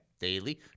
Daily